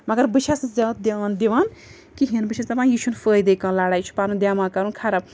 مگر بہٕ چھَس نہٕ زیادٕ دھیان دِوان کِہیٖنۍ بہٕ چھَس دَپان یہِ چھُنہٕ فٲیدَے کانٛہہ لڑایہِ یہِ چھُ پَنُن دٮ۪ماغ کَرُن خراب